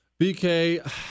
BK